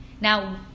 Now